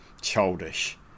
childish